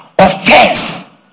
offense